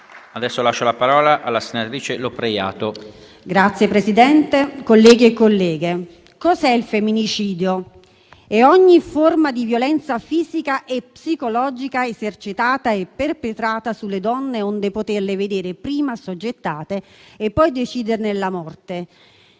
Ne ha facoltà. LOPREIATO *(M5S)*. Signor Presidente, colleghi e colleghe, cos'è il femminicidio? È ogni forma di violenza fisica e psicologica esercitata e perpetrata sulle donne, onde poterle vedere prima assoggettate e poi deciderne la morte.